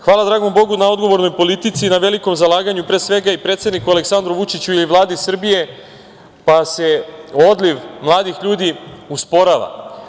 Hvala dragom bogu na odgovornoj politici i na velikom zalaganju, pre svega i predsedniku Aleksandru Vučiću i Vladi Srbije, pa se odliv mladih ljudi usporava.